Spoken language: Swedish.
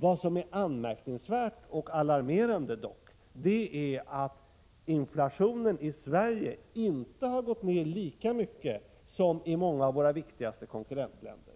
Vad som dock är anmärkningsvärt och alarmerande är att inflationen i Sverige inte har gått ned lika mycket som i många av våra viktigaste konkurrentländer